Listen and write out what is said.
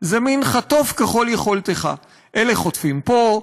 זה מין "חטוף ככל יכולתך" אלה חוטפים פה,